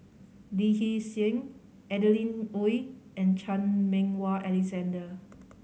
Lee Hee Seng Adeline Ooi and Chan Meng Wah Alexander